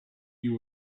you